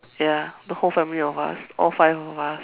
ya the whole family of us all five of us